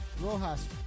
Rojas